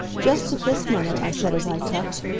just at this minute, i said, as i tucked,